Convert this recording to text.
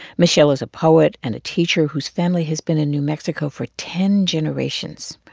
michelle is a poet and a teacher whose family has been in new mexico for ten generations.